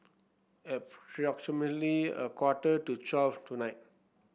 approximately a quarter to twelve tonight